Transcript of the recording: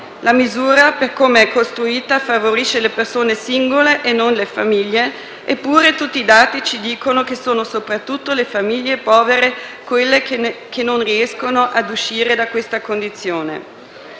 La misura, per come è costruita, favorisce le persone singole e non le famiglie, eppure tutti i dati ci dicono che sono soprattutto le famiglie povere quelle che non riescono a uscire da questa condizione.